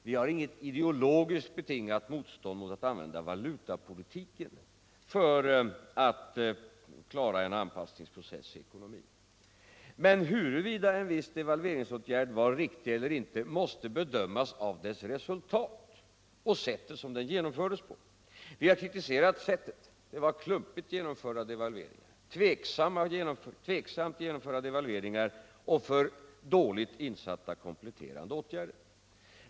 Vi har inget ideologiskt betingat motstånd mot att använda valutapolitiken för att klara en anpassningsprocess i ekonomin. Men huruvida en viss devalvering var riktig eller inte måste bedömas av dess resultat och sättet som den genomfördes på. Vi har kritiserat sättet — devalveringarna genomfördes klumpigt. Det var tveksamt genomförda devalveringar och för dåligt insatta kompletterande åtgärder.